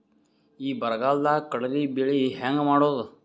ಈ ಬರಗಾಲದಾಗ ಕಡಲಿ ಬೆಳಿ ಹೆಂಗ ಮಾಡೊದು?